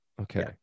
Okay